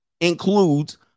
includes